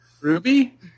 Ruby